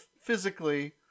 physically